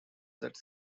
that